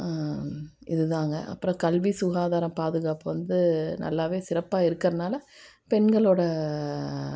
இதுதாங்க அப்புறம் கல்வி சுகாதாரம் பாதுகாப்பு வந்து நல்லாவே சிறப்பாக இருக்கிறனால பெண்களோட